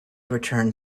return